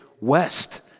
west